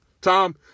Tom